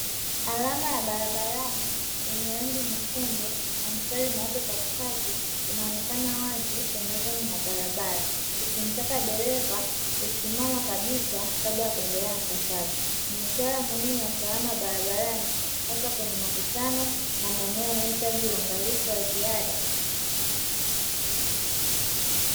Alama ya barabarani yenye rangi nyekundu na mstari mweupe katikati inaonekana wazi pembezoni mwa barabara, zikimtaka dereva kusimama kabisa kabla ya kuendelea na safari. Ni ishara muhimu ya usalama barabarani hasa kwenye makutano na maeneo yanayohitaji uangalifu wa ziada.